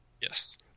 Yes